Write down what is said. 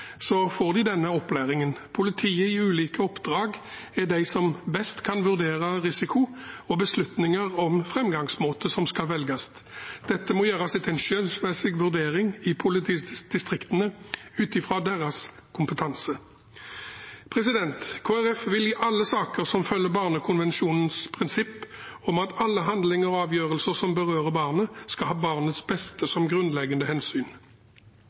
får de denne opplæringen. Politiet i ulike oppdrag er de som best kan vurdere risiko og beslutninger om framgangsmåte som skal velges. Dette må gjøres etter en skjønnsmessig vurdering i politidistriktene, ut ifra deres kompetanse. Kristelig Folkeparti vil i alle saker følge barnekonvensjonens prinsipp om at alle handlinger og avgjørelser som berører barn, skal ha barnets beste som grunnleggende hensyn.